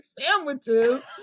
sandwiches